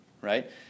right